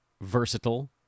versatile